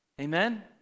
Amen